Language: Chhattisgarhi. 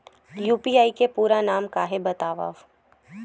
यू.पी.आई के पूरा नाम का हे बतावव?